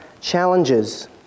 challenges